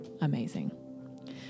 amazing